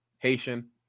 Haitian